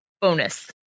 bonus